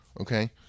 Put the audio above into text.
okay